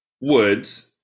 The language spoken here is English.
Woods